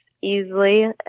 easily